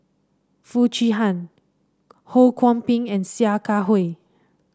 Foo Chee Han Ho Kwon Ping and Sia Kah Hui